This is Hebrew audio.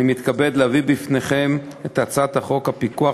אני מתכבד להביא בפניכם את הצעת חוק הפיקוח